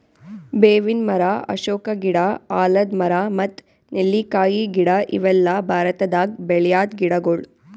ಬೇವಿನ್ ಮರ, ಅಶೋಕ ಗಿಡ, ಆಲದ್ ಮರ ಮತ್ತ್ ನೆಲ್ಲಿಕಾಯಿ ಗಿಡ ಇವೆಲ್ಲ ಭಾರತದಾಗ್ ಬೆಳ್ಯಾದ್ ಗಿಡಗೊಳ್